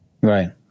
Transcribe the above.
Right